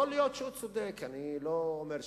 יכול להיות שהוא צודק, ואני לא אומר שלא.